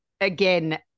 again